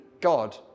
God